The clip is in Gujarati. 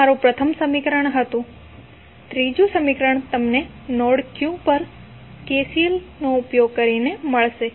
આ તમારું પ્રથમ સમીકરણ હતું ત્રીજુ સમીકરણ તમને નોડ Q પર KCLનો ઉપયોગ કરીને મળશે